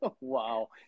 Wow